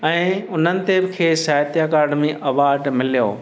ऐं उन्हनि ते बि खे़सि साहित्य अकेडमी अवॉर्ड मिलियो